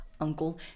uncle